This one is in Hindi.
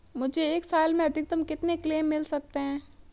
मुझे एक साल में अधिकतम कितने क्लेम मिल सकते हैं?